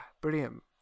brilliant